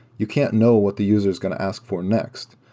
you can't know what the user is going to ask for next.